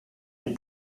des